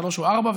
שלוש או ארבע,